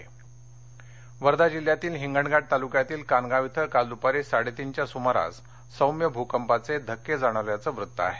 भकंप वर्धा वर्धा जिल्ह्यातील हिंगणघाट तालुक्यातील कानगाव श्वे काल दुपारी साडेतीनच्या सुमारास सौम्य भुकंपाचे धक्के जाणवल्याचं वृत्त आहे